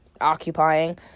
occupying